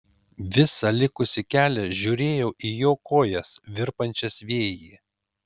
visą likusį kelią žiūrėjau į jo kojas virpančias vėjy